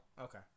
okay